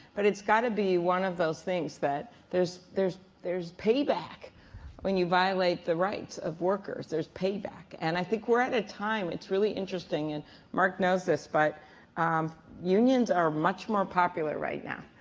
but it's got to be one of those things that there's there's payback when you violate the rights of workers. there's payback. and i think we're at a time it's really interesting and marc knows this but unions are much more popular right now,